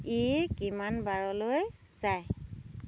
ই কিমানবাৰলৈ যায়